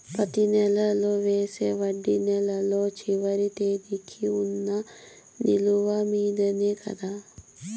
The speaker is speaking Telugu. ప్రతి నెల వేసే వడ్డీ నెలలో చివరి తేదీకి వున్న నిలువ మీదనే కదా?